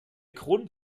grund